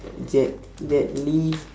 jet jet li